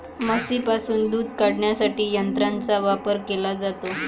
म्हशींपासून दूध काढण्यासाठी यंत्रांचा वापर केला जातो